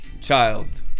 child